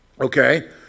Okay